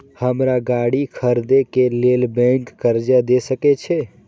हमरा गाड़ी खरदे के लेल बैंक कर्जा देय सके छे?